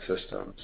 systems